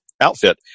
outfit